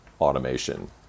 automation